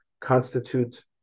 constitute